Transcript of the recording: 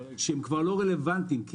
שהם כבר לא רלוונטיים כי